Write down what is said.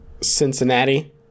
Cincinnati